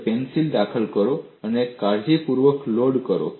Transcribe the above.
અને પેન્સિલ દાખલ કરો અને કાળજીપૂર્વક લોડ કરો